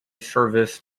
service